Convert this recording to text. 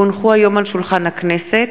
כי הונחה היום על שולחן הכנסת,